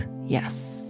yes